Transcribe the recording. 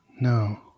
No